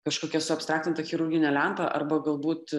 kažkokia suabstraktinta chirurginė lempa arba galbūt